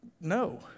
No